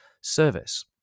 service